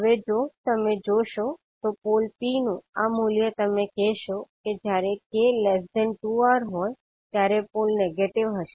હવે જો તમે જોશો તો પોલ P નું આ મૂલ્ય તમે કહેશો કે જયારે 𝑘 2𝑅 હોય ત્યારે પોલ નેગેટિવ હશે